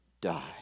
die